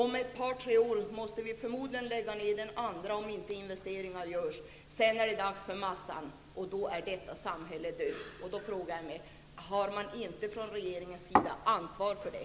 Om ett par tre år måste vi förmodligen lägga ner den andra, om inte investeringar görs. Sedan är det dags för massan. Då är detta samhälle dött. Jag frågar mig: Har man inte från regeringens sida ansvar för det?